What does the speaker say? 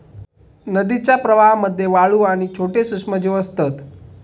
नदीच्या प्रवाहामध्ये वाळू आणि छोटे सूक्ष्मजीव असतत